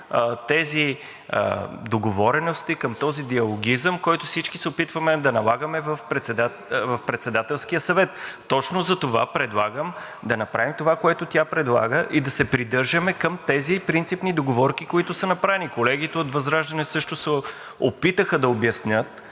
тези договорености, към този диалогизъм, който всички се опитваме да налагаме в Председателския съвет. Точно затова предлагам да направим това, което тя предлага, и да се придържаме към тези принципни договорки, които са направени. Колегите от ВЪЗРАЖДАНЕ също се опитаха да обяснят,